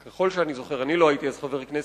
ככל שאני זוכר, לא הייתי אז חבר הכנסת,